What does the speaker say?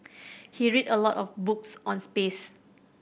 he read a lot of books on space